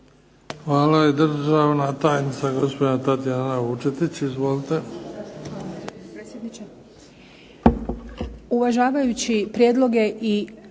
Hvala. I državna tajnica gospođa Tatjana Vučetić. Izvolite.